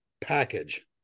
Package